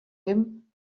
him